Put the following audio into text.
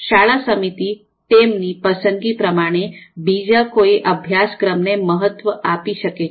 શાળા સમિતિ તેમની પસંદગી પ્રમાણે બીજા કોઈ અભ્યાસક્રમને મહત્ત્વ આપી શકે છે